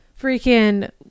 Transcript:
freaking